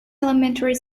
elementary